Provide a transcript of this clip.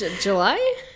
July